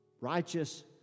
righteous